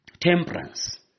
temperance